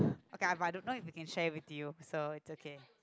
okay but I don't know if I can share it with you so it's okay